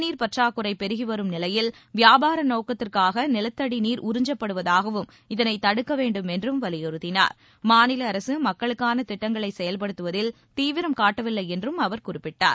நீர் பற்றாக்குறை பெருகிவரும் நிலையில் வியாபார நோக்கத்திற்காக நிலத்தடி நீர் உறிஞ்சப்படுவதாகவும் இதனை தடுக்க வேண்டும் என்றும் வலியுறுத்தினார் மாநில அரசு மக்களுக்கான திட்டங்களை செயல்படுத்துவதில் தீவிரம் காட்டவில்லை என்றும் அவர் குறிப்பிட்டார்